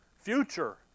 Future